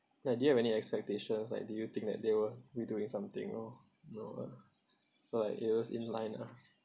ya do you have any expectations like do you think that they were we're doing something oh no ah so like it was in line ah